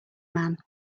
man